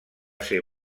ser